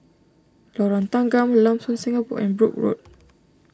Lorong Tanggam Lam Soon Singapore and Brooke Road